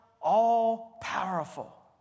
all-powerful